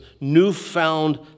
newfound